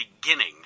beginning